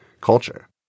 culture